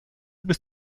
bis